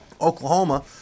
Oklahoma